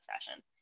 sessions